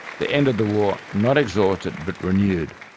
the end of the war not exhausted but renewed,